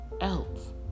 else